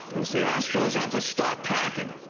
the astros have the start packing.